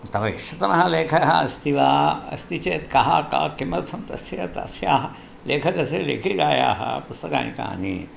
तव इष्टतमः लेखकः अस्ति वा अस्ति चेत् कः का किमर्थं तस्य तस्याः लेखकस्य लेखिकायाः पुस्तकानि कानि